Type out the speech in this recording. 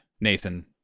Nathan